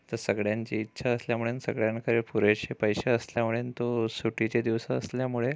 तर सगळ्यांची इच्छा असल्यामुळे आणि सगळ्यांकडे पुरेसे पैसे असल्यामुळे आणि तो सुट्टीचे दिवस असल्यामुळे